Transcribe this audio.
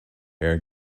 air